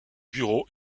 bureaux